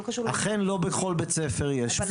אכן לא בכל בית ספר יש פסיכולוג.